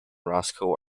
roscoe